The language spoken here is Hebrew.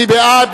מי בעד?